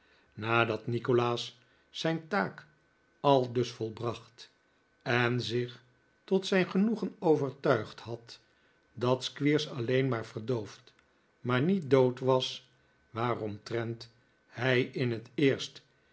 nadat nikolaas zijn taak aldus volbracht en zich tot zijn genoegen overtuigd had dat squeers alleen maar verdoofd maar niet dood was waaromtrent hij in het eerst